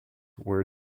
were